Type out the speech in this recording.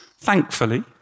thankfully